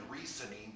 reasoning